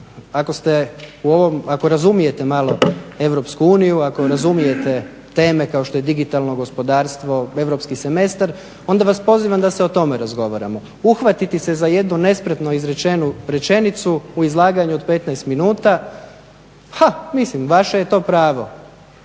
ako razumijete malo EU, ako razumijete teme kao što je digitalno gospodarstvo, europski semestar onda vas pozivam da se o tome razgovaramo. Uhvatiti se za jednu nespretno izrečenu rečenicu u izlaganju od 15 minuta ha mislim vaše je to pravo